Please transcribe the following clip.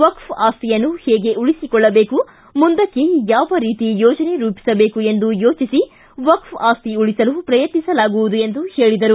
ವಕ್ಪೆ ಆಸ್ತಿಯನ್ನು ಹೇಗೆ ಉಳಿಸಿಕೊಳ್ಳಬೇಕು ಮುಂದಕ್ಕೆ ಯಾವ ರೀತಿ ಯೋಜನೆ ರೂಪಿಸಬೇಕು ಎಂದು ಯೋಚಿಸಿ ವಕ್ಪೆ ಆಸ್ತಿ ಉಳಿಸಲು ಪ್ರಯತ್ನಿಸಲಾಗುವುದು ಎಂದು ಹೇಳಿದರು